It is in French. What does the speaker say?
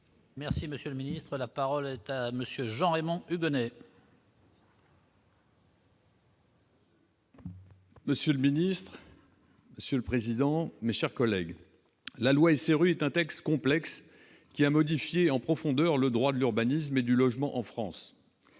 Merci monsieur le ministre, la parole est à monsieur Jean-Raymond Hugonet. Monsieur le Ministre. Monsieur le président, mes chers collègues, la loi SRU est un texte complexe qui a modifié en profondeur le droit de l'urbanisme et du logement en France